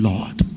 Lord